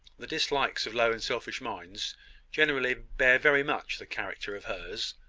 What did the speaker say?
the dislikes of low and selfish minds generally bear very much the character of hers,